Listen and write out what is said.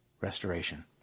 restoration